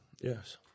Yes